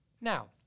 Now